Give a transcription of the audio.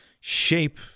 shape